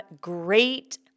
great